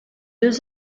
deux